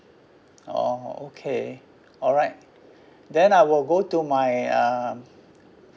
oh okay alright then I will go to my um